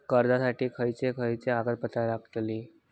कर्जासाठी खयचे खयचे कागदपत्रा लागतली?